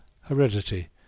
Heredity